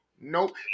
nope